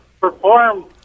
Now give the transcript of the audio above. perform